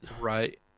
right